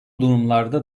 durumlarda